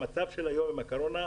במצב של היום עם הקורונה,